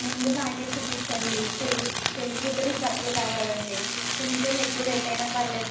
ముందు నాకే చూపించండి పెళ్ళి పెళ్ళి కూతురివి బట్టలు కావాలండి కొంచెం ఎక్కువ రేట్ అయినా పర్వాలేదు